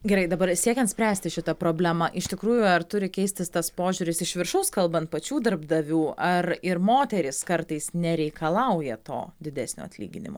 gerai dabar siekiant spręsti šitą problemą iš tikrųjų ar turi keistis tas požiūris iš viršaus kalbant pačių darbdavių ar ir moterys kartais nereikalauja to didesnio atlyginimo